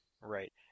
Right